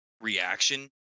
reaction